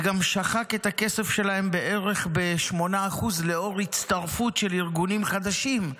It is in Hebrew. זה גם שחק את הכסף שלהם בכ-8% לאור הצטרפות של ארגונים חדשים.